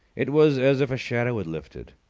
it was as if a shadow had lifted.